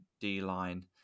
D-line